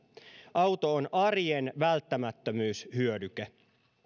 auto on arjen välttämättömyyshyödyke